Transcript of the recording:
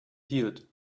healed